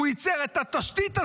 הוא ייצר את התשתית הזאת.